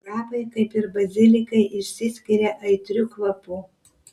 krapai kaip ir bazilikai išsiskiria aitriu kvapu